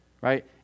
right